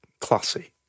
classy